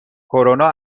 کرونا